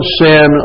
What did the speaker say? sin